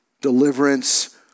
deliverance